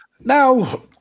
Now